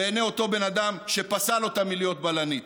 בעיני אותו בן אדם שפסל אותה מלהיות בלנית.